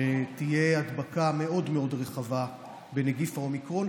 שתהיה הדבקה מאוד מאוד רחבה בנגיף האומיקרון,